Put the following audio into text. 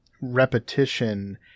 repetition